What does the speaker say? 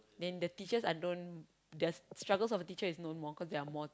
then the teachers are don't just struggles of a teachers is known more cause they are more